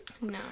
No